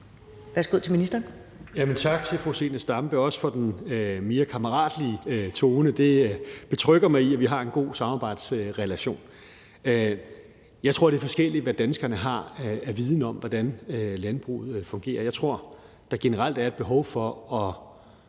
Tak til fru Zenia Stampe, også for den mere kammeratlige tone. Det betrygger mig i, at vi har en god samarbejdsrelation. Jeg tror, det er forskelligt, hvad danskerne har af viden om, hvordan landbruget fungerer. Jeg tror, der generelt er et behov for at